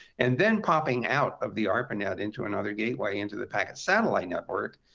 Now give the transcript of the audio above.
and then popping out of the arpanet into another gateway into the packet satellite network,